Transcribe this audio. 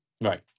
Right